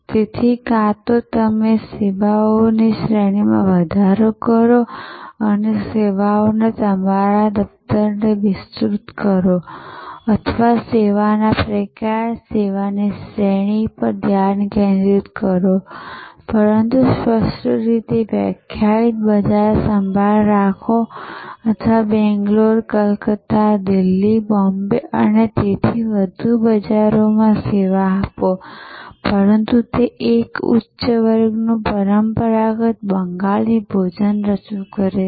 તેથી કાં તો સેવાઓની શ્રેણીમાં વધારો કરો અને સેવાઓના તમારા દફતરને વિસ્તૃત કરો અથવા સેવાના પ્રકાર સેવાની શ્રેણી પર ધ્યાન કેન્દ્રિત કરો પરંતુ સ્પષ્ટ રીતે વ્યાખ્યાયિત બજાર સંભાળ રાખો અથવા બેંગ્લોર કલકત્તા દિલ્હી બોમ્બે અને તેથી વધુ બજારોમાં સેવા આપો પરંતુ તે એક ઉચ્ચ વર્ગનું પરંપરાગત બંગાળી ભોજન રજૂ કરે છે